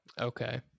Okay